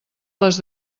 les